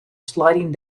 sliding